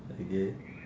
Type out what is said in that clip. okay